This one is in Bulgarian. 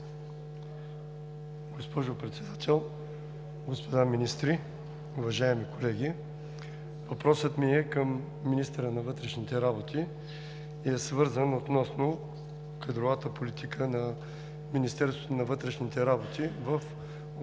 Госпожо Председател, господа министри, уважаеми колеги! Въпросът ми е към министъра на вътрешните работи и е свързан с кадровата политика на Министерството на вътрешните работи в